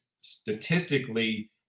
statistically